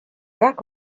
как